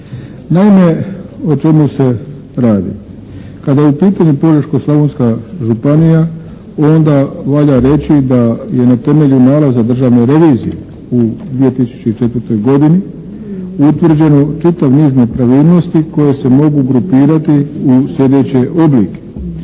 Naime, o čemu se radi? Kada je u pitanju Požeško-slavonska županija onda valja reći da je na temelju nalaza državne revizije u 2004. godini utvrđeno čitav niz nepravilnosti koje se mogu grupirati u sljedeće oblike.